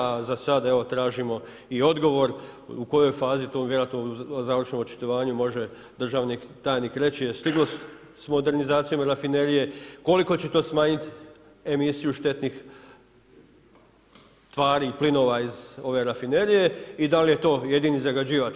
A za sada evo tražimo i odgovor u kojoj fazi to vjerojatno u završnom očitovanju može državni tajnik reći je stiglo s modernizacijom rafinerije, koliko će to smanjiti emisiju štetnih tvari, plinova iz ove rafinerije i da li je to jedini zagađivač.